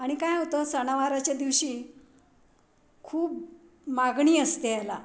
आणि काय होतं सणावाराच्या दिवशी खूप मागणी असते याला